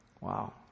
Wow